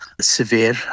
severe